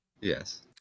Yes